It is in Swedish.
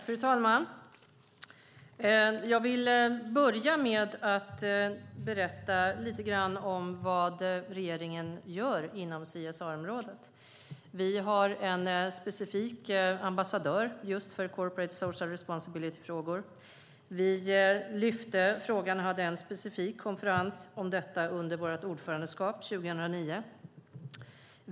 Fru talman! Jag vill börja med att berätta lite grann om vad regeringen gör inom CSR-området. Vi har en specifik ambassadör just för frågor om Corporate Social Responsibility. Vi lyfte upp frågan och hade en specifik konferens om detta under vårt ordförandeskap 2009.